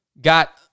got